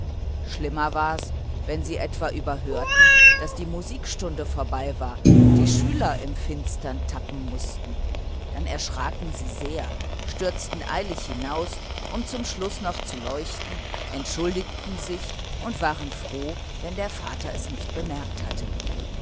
schlimmer war's wenn sie etwa überhörten daß die musikstunde vorbei war und die schüler im finstern tappen mußten dann erschraken sie sehr stürzten eilig hinaus um zum schluß noch zu leuchten entschuldigten sich und waren froh wenn der vater es nicht bemerkt hatte